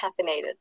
caffeinated